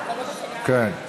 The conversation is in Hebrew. כן.